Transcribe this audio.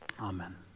Amen